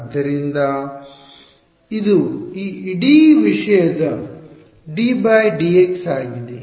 ಆದ್ದರಿಂದ ಇದು ಈ ಇಡೀ ವಿಷಯದ ddx ಆಗಿದೆ